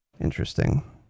Interesting